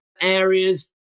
areas